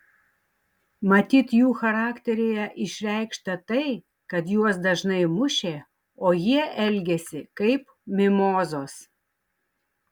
matyt jų charakteryje išreikšta tai kad juos dažnai mušė o jie elgėsi kaip mimozos